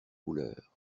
couleurs